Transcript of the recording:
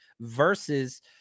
versus –